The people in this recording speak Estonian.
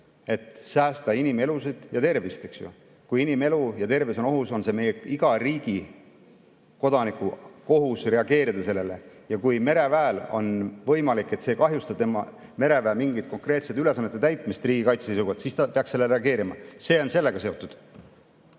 et säästa inimelusid ja tervist, eks ju. Kui inimelu ja tervis on ohus, on iga meie riigi kodaniku kohus reageerida sellele. Ja kui mereväel on võimalik, see ei kahjusta mereväe mingite konkreetsete ülesannete täitmist riigikaitse seisukohalt, siis ta peaks sellele reageerima. See on sellega seotud.